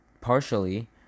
partially